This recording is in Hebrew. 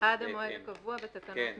עד המועד הקבוע בתקנות המשנה.